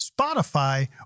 Spotify